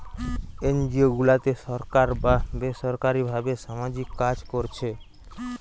NGO গুলাতে সরকার বা বেসরকারী ভাবে সামাজিক কাজ কোরছে